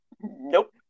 Nope